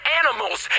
animals